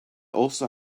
also